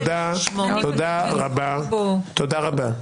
תודה רבה.